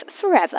forever